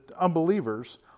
unbelievers